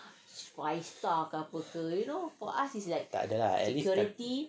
takda lah at least kan